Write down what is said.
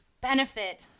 benefit